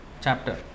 Chapter